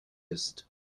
ist